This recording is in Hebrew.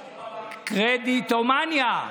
גפני, קרדיטומניה.